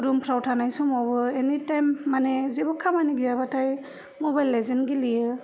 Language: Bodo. रुमफ्राव थानाय समावबो एनि ताएम मानि जेबो खामानि गैयाबाथाय मबाइल लेजेन गेलेयो